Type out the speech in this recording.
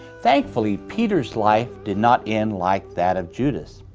thankfully, peter's life did not end like that of judas.